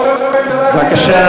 ראש הממשלה בבקשה,